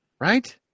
right